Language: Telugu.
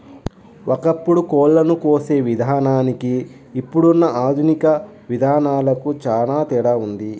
ఒకప్పుడు కోళ్ళను కోసే విధానానికి ఇప్పుడున్న ఆధునిక విధానాలకు చానా తేడా ఉంది